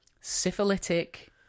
Syphilitic